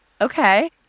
okay